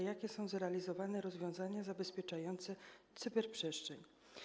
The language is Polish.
Jakie są zrealizowane rozwiązania zabezpieczające cyberprzestrzeń?